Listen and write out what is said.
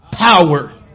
power